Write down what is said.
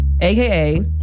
AKA